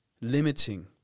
limiting